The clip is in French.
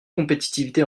compétitivité